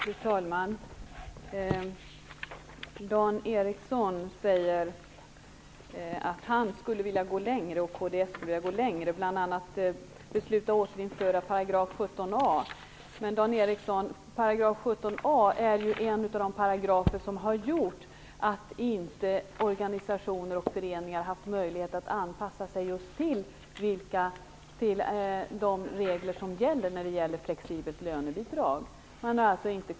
Fru talman! Dan Ericsson säger att han och kds skulle vilja gå längre och bl.a. besluta om ett återinförande av § 17 a. Men, Dan Ericsson, § 17 a är ju en av de paragrafer som gjort att organisationer och föreningar inte har haft möjlighet att anpassa sig till just de regler som gäller i fråga om flexibelt lönebidrag.